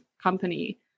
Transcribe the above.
company